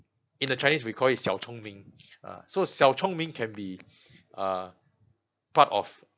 in the chinese we call it uh can be uh part of